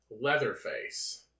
Leatherface